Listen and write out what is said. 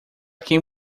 quem